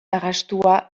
arrastoa